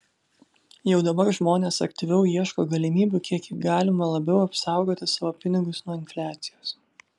jau dabar žmonės aktyviau ieško galimybių kiek galima labiau apsaugoti savo pinigus nuo infliacijos